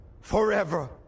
forever